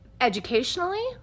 Educationally